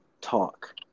talk